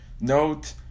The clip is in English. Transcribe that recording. Note